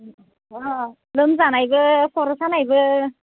अ लोमजानायबो खर' सानायबो